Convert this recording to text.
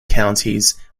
counties